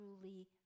truly